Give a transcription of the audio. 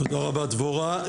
תודה רבה, דבורה.